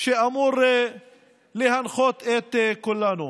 שאמור להנחות את כולנו.